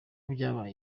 byabaye